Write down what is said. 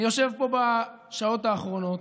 אני יושב פה בשעות האחרונות,